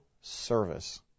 service